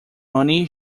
money